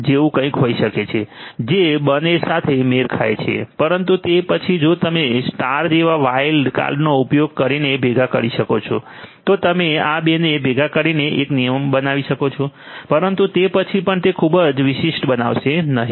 જેવું કંઈક હોઇ શકે છે જે બંને સાથે મેળ ખાશે પરંતુ તે પછી જો તમે સ્ટાર star જેવા વાઇલ્ડ કાર્ડનો ઉપયોગ કરીને ભેગા કરી શકો છો તો તમે આ બેને ભેગા કરીને એક નિયમ બનાવી શકો છો પરંતુ તે પછી પણ તે ખૂબ વિશિષ્ટ બનશે નહીં